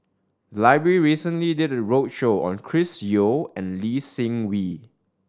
the library recently did a roadshow on Chris Yeo and Lee Seng Wee